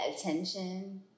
attention